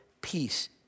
peace